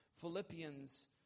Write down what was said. Philippians